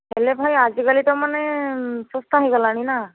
ହେଲେ ଭାଇ ଆଜିକାଲି ତ ମାନେ ଶସ୍ତା ହୋଇଗଲାଣି ନା